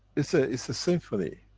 it's ah it's a symphony.